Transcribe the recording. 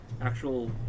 actual